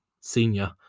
senior